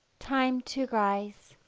time to rise